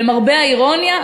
למרבה האירוניה,